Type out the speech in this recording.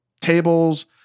tables